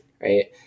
right